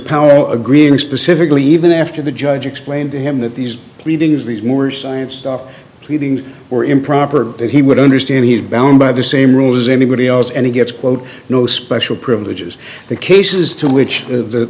powell agreeing specifically even after the judge explained to him that these pleadings these more science stop pleading or improper that he would understand he is bound by the same rules as everybody else and he gets quote no special privileges the cases to which the